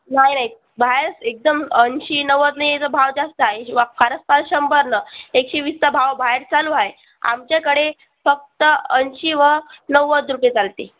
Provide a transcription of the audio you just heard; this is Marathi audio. नाही नाही बाहेर एकदम ऐंशी नव्वदने जर भाव जास्त आहे की वा फारच फार शंभरनं एकशेवीसचा भाव बाहेर चालू आहे आमच्याकडे फक्त ऐंशी व नव्वद रुपये चालते